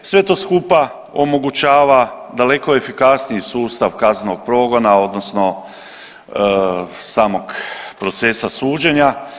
Sve to skupa omogućava daleko efikasniji sustav kaznenog progona odnosno samog procesa suđenja.